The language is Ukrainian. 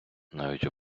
навіть